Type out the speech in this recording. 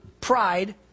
pride